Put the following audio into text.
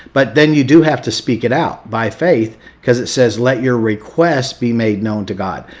but then you do have to speak it out by faith cause it says, let your request be made known to god.